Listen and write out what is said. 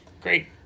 Great